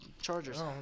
Chargers